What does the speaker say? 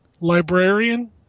Librarian